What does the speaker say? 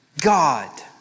God